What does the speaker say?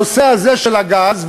הנושא הזה של הגז,